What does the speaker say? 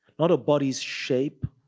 not a body's shape,